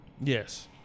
Yes